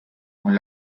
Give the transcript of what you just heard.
con